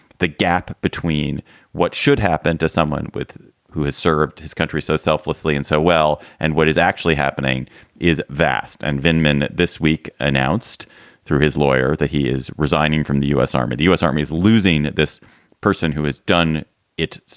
the gap between what should happen to someone with who has served his country so selflessly and so well and what is actually happening is vast and venkman. this week announced through his lawyer that he is resigning from the u s. army. the u s. army is losing this person who has done it,